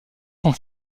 sont